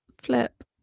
flip